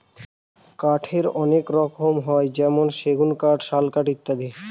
কাঠের অনেক রকম হয় যেমন সেগুন কাঠ, শাল কাঠ ইত্যাদি